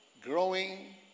Growing